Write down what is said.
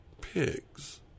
pigs